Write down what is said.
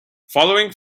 following